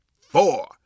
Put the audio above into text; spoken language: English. four